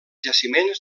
jaciments